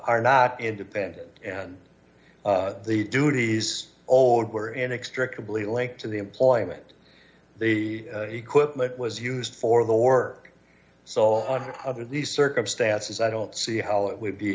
are not independent and the duties old were inexplicably linked to the employment the equipment was used for the work so on other these circumstances i don't see how it would be